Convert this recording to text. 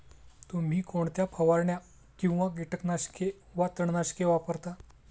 तुम्ही कोणत्या फवारण्या किंवा कीटकनाशके वा तणनाशके वापरता?